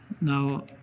now